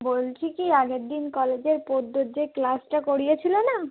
বলছি কি আগের দিন কলেজের পদ্যর যে ক্লাসটা করিয়েছিলো না